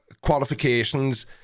qualifications